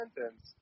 sentence